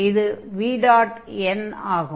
இது vn ஆகும்